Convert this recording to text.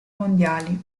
mondiali